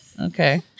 Okay